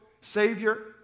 Savior